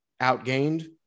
outgained